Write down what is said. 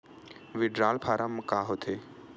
Withdrawal form का होथे?